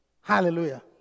Hallelujah